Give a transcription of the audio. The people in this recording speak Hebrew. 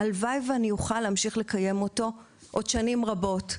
והלוואי ואני אוכל להמשיך לקיים אותו עוד שנים רבות,